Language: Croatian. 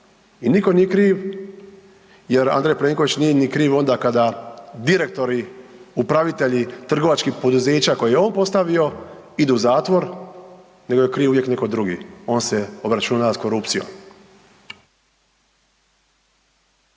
i nitko nije kriv jer Andrej Plenković nije ni kriv onda kada direktori, upravitelji trgovačkih poduzeća koje je on postavio idu u zatvor nego je kriv uvijek netko drugi, on se obračuna s korupcijom.